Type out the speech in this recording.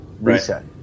reset